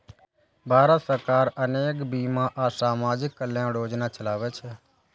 भारत सरकार अनेक बीमा आ सामाजिक कल्याण योजना चलाबै छै